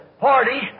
party